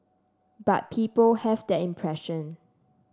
but people have that impression